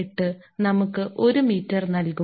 248 നമുക്ക് 1 മീറ്റർ നൽകും